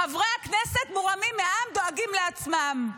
חברי הכנסת מורמים מעם, דואגים לעצמם.